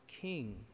King